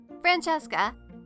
Francesca